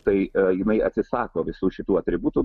tai jinai atsisako visų šitų atributų